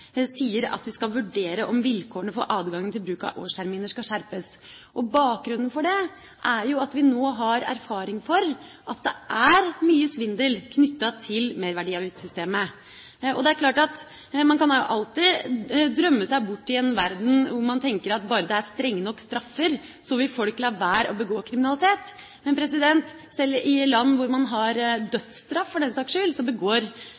at det «skal vurderes om vilkårene for adgangen til bruk av årsterminer skal skjerpes». Bakgrunnen for det, er jo at vi nå har erfaring for at det er mye svindel knyttet til merverdiavgiftssystemet. Det er klart at man kan alltid drømme seg bort i en verden hvor man tenker at bare det er strenge nok straffer, vil folk la være å begå kriminalitet. Men sjøl i land hvor man har dødsstraff – for den saks skyld – begår